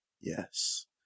Yes